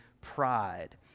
pride